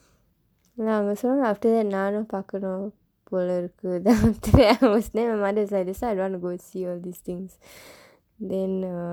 yah அவங்க சொன்னாங்க:avangka sonnaangka after that நானும் பார்க்கணும் போல இருக்கு:naanum paarkkanum poola irrukkuthu then after that I was my mother was like that's why I don't want to go see all these things